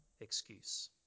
excuse